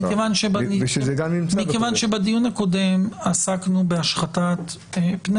מכיוון שבדיון הקודם עסקנו בהשחתת פני